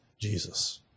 Jesus